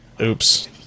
Oops